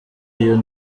iyo